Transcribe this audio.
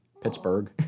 Pittsburgh